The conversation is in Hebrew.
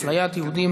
אפליית יהודים